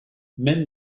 men